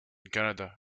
canada